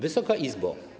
Wysoka Izbo!